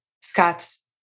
Scott's